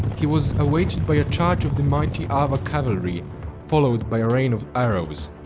he was awaited by a charge of the mighty avar cavalry followed by a rain of arrows.